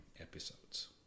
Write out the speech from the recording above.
episodes